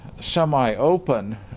semi-open